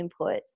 inputs